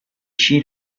she